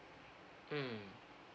mm